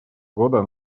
года